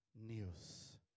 news